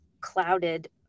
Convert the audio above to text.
clouded